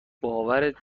باورت